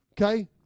okay